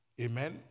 Amen